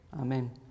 Amen